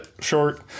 short